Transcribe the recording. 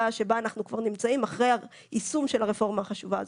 שבה אנחנו כבר נמצאים אחרי היישום של הרפורמה החשובה הזאת.